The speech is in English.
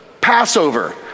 Passover